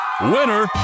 Winner